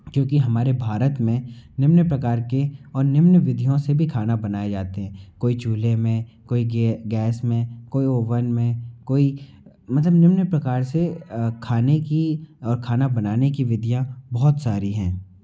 क्योंकि हमारे भारत में निम्न प्रकार के और निम्न विधियों से भी खाने बनाए जाते हैं कोई चूल्हे में कोई गैस में कोई ओवन में कोई मतलब निम्न प्रकार से खाने की और खाना बनाने की विधियाँ बहुत सारी हैं